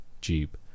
Jeep